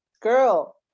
girl